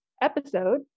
episode